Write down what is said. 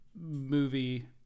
movie